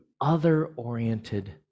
other-oriented